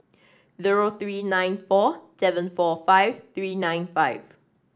zero three nine four seven four five three nine five